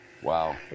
Wow